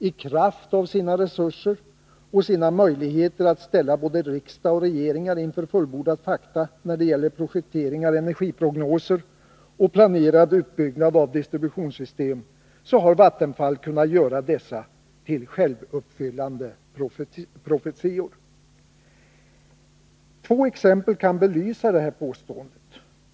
I kraft av sina resurser och sina möjligheter att ställa både riksdag och regeringar inför fullbordade fakta, när det gällt projekteringar, energiprognoser och planerad utbyggnad av distributionssystem, har Vattenfall kunnat göra självuppfyllande profetior. Två exempel kan belysa detta påstående.